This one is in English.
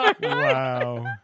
Wow